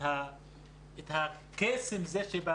הקסם הזה,